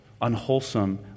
unwholesome